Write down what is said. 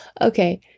Okay